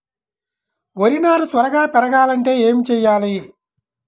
వరి నారు త్వరగా పెరగాలంటే ఏమి చెయ్యాలి?